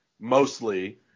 mostly